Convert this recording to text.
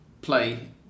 Play